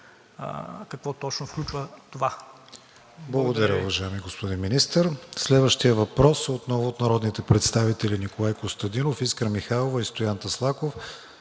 КРИСТИАН ВИГЕНИН: Благодаря, уважаеми господин Министър. Следващият въпрос е отново от народните представители Николай Костадинов, Искра Михайлова и Стоян Таслаков